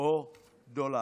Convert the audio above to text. או דולרים.